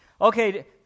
Okay